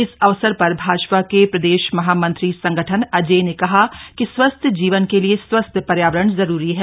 इस अवसर पर भाजपा के प्रदेश महामंत्री संगठन अजेय ने कहा कि स्वस्थ जीवन के लिए स्वस्थ पर्यावरण जरूरी है